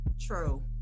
true